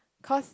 cause